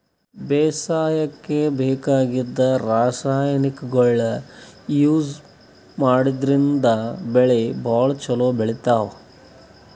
ಬೇಸಾಯಕ್ಕ ಬೇಕಾಗಿದ್ದ್ ರಾಸಾಯನಿಕ್ಗೊಳ್ ಯೂಸ್ ಮಾಡದ್ರಿನ್ದ್ ಬೆಳಿ ಭಾಳ್ ಛಲೋ ಬೆಳಿತಾವ್